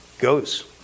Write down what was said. Goes